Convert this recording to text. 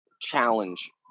challenge